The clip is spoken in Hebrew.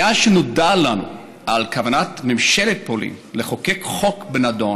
מאז שנודע לנו על כוונת ממשלת פולין לחוקק חוק בנדון